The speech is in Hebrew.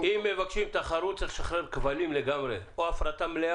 אם מבקשים תחרות צריך לשחרר כבלים לגמרי או הפרטה מלאה,